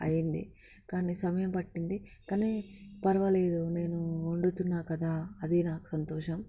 అయింది కానీ సమయం పట్టింది కానీ పర్వాలేదు నేను వండుతున్న కదా అది నాకు సంతోషం